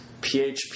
PHP